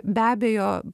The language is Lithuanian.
be abejo